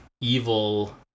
evil